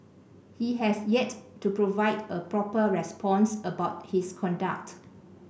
he has yet to provide a proper response about his conduct